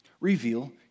reveal